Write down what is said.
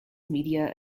media